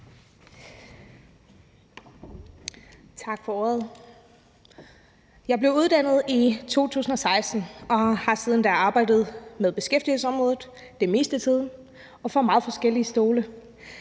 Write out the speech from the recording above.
Tak for ordet. Jeg blev uddannet i 2016 og har siden da arbejdet med beskæftigelsesområdet det meste af tiden og fra meget forskellige stole.